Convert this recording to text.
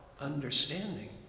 understanding